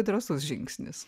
drąsus žingsnis